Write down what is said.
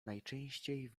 najczęściej